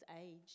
age